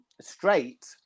straight